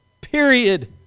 Period